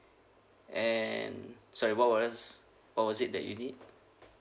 and sorry what was~ what was it that you need